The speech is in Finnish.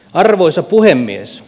arvoisa puhemies